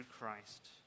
Christ